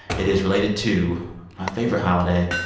it is related to my favorite holiday,